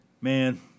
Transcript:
Man